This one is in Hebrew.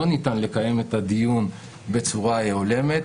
לא ניתן לקיים את הדיון בצורה הולמת.